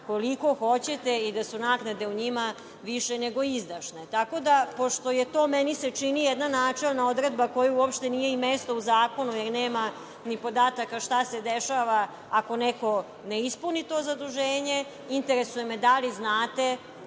koliko hoćete i da su naknade u njima više nego izdašne. Pošto je to, meni se čini, jedna načelna odredba kojoj uopšte nije ni mesto u zakonu, jer nema ni podataka šta se dešava ako neko ne ispuni to zaduženje. Interesuje me, da li znate